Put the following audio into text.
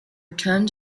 return